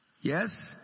Yes